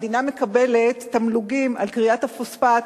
המדינה מקבלת תמלוגים על כריית הפוספט,